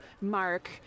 Mark